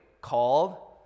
called